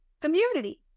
community